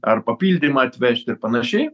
ar papildymą atvežt ir panašiai